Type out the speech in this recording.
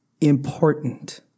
important